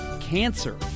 cancer